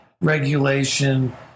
regulation